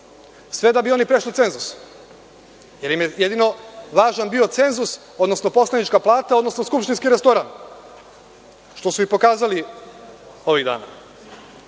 sve da bi oni prešli cenzus, jer im je jedino bio važan cenzus, odnosno poslanička plata, odnosno skupštinski restoran, što su i pokazali ovih dana. Ne